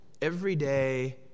everyday